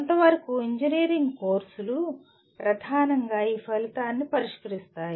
కొంతవరకు ఇంజనీరింగ్ కోర్సులు ప్రధానంగా ఈ ఫలితాన్ని పరిష్కరిస్తాయి